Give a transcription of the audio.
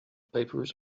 papers